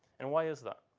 and why is that?